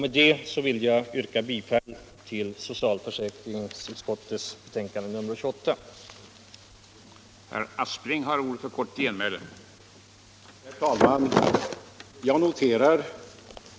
Med detta vill jag yrka bifall till socialförsäkringsutskottets hemställan i betänkandet 1976/77:28.